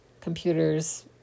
Computers